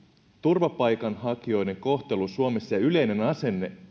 turvapaikanhakijoiden kohtelu suomessa ja yleinen asenne